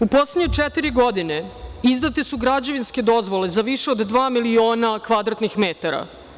U poslednje četiri godine izdate su građevinske dozvole za više od dva miliona kvadratnih metara.